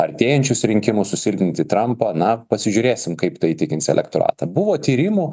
artėjančius rinkimus susilpninti trampą na pasižiūrėsim kaip tu įtikins elektoratą buvo tyrimų